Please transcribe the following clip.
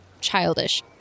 childish